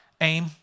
aim